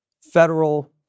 federal